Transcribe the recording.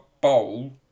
bowl